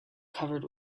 covered